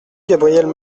gabrielle